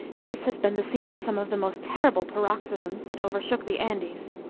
this has been the scene of some of the most terrible paroxysms that over shook the andes.